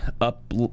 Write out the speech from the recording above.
up